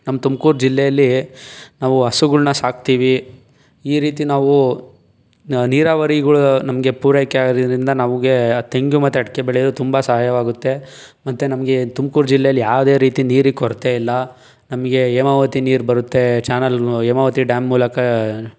ನಮ್ಮ ತುಮಕೂರು ಜಿಲ್ಲೆಯಲಿ ನಾವು ಹಸುಗಳನ್ನ ಸಾಕ್ತೀವಿ ಈ ರೀತಿ ನಾವು ನೀರಾವರಿಗಳ ನಮಗೆ ಪೂರೈಕೆ ಆಗೋದ್ರಿಂದ ನಮಗೆ ತೆಂಗು ಮತ್ತೆ ಅಡಿಕೆ ಬೆಳೆಯೋದು ತುಂಬ ಸಹಾಯವಾಗುತ್ತೆ ಮತ್ತೆ ನಮಗೆ ತುಮಕೂರು ಜಿಲ್ಲೆಯಲಿ ಯಾವುದೇ ರೀತಿ ನೀರಿಗೆ ಕೊರತೆ ಇಲ್ಲ ನಮಗೆ ಹೇಮಾವತಿ ನೀರು ಬರುತ್ತೆ ಚಾನಲ್ ಹೇಮಾವತಿ ಡ್ಯಾಮ್ ಮೂಲಕ